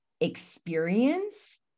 experience